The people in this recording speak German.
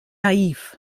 naiv